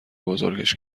بزرگش